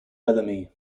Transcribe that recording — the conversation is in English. bellamy